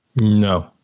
No